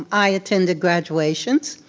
um i attended graduations,